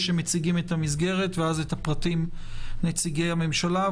שמציגים את המסגרת ואז את הפרטים נציגי הממשלה.